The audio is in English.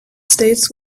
states